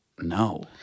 no